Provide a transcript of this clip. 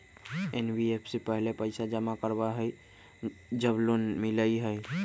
NBFC पहले पईसा जमा करवहई जब लोन मिलहई?